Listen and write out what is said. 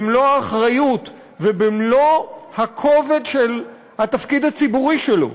במלוא האחריות ובמלוא הכובד של התפקיד הציבורי שלו,